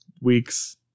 weeks